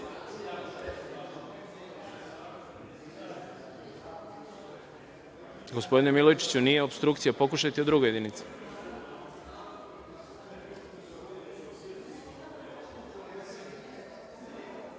Gospodine Milojčiću, nije opstrukcija, pokušajte u drugoj jedinici.